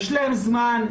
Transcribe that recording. יש להם זמן,